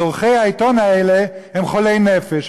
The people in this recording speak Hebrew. אז עורכי העיתון האלה הם חולי נפש,